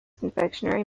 confectionery